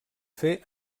fer